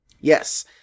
Yes